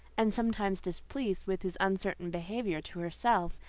and sometimes displeased with his uncertain behaviour to herself,